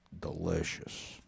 Delicious